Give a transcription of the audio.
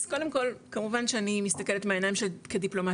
אז קודם כל כמובן שאני מסתכלת מהעיניים כדיפלומטית